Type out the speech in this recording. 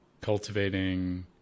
cultivating